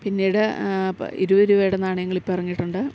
പിന്നീട് ഇരുപത് രൂപയുടെ നാണയങ്ങളിപ്പം ഇറങ്ങിയിട്ടുണ്ട്